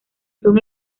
son